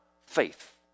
faith